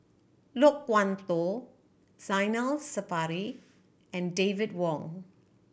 Loke Wan Tho Zainal Sapari and David Wong